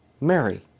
Mary